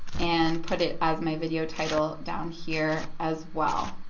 and put it as my video title down here as well.